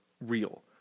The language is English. real